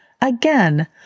Again